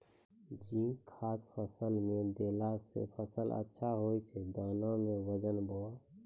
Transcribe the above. zinc खाद फ़सल मे देला से फ़सल अच्छा होय छै दाना मे वजन ब